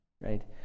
right